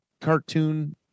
cartoon